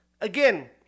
Again